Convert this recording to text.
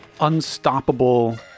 unstoppable